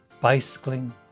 bicycling